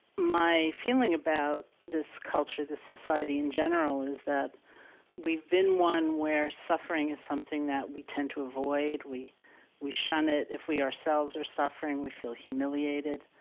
my feeling about this culture, this society in general, is that we've been one where suffering is something that we tend to avoid, we we shun it. if we ourselves are suffering, we feel humiliated,